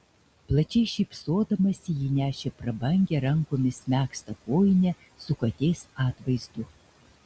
plačiai šypsodamasi ji nešė prabangią rankomis megztą kojinę su katės atvaizdu